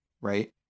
right